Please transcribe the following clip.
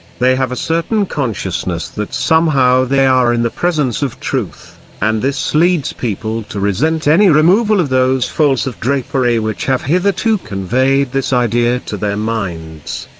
they have a certain consciousness that somehow they are in the presence of truth and this leads people to resent any removal of those folds of drapery which have hitherto conveyed this idea to their minds.